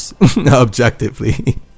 objectively